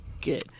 Good